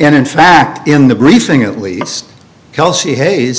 and in fact in the briefing at least kelsey ha